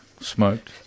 smoked